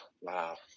wow